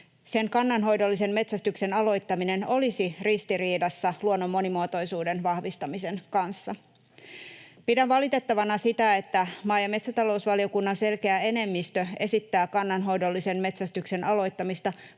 Sen kannanhoidollisen metsästyksen aloittaminen olisi ristiriidassa luonnon monimuotoisuuden vahvistamisen kanssa. Pidän valitettavana sitä, että maa‑ ja metsätalousvaliokunnan selkeä enemmistö esittää kannanhoidollisen metsästyksen aloittamista,